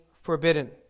forbidden